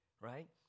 right